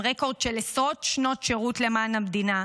רקורד של עשרות שנות שירות למען המדינה,